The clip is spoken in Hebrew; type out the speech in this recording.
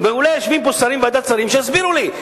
יושבים פה שרים מוועדת שרים, שיסבירו לי.